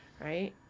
right